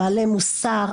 בעלי מוסר,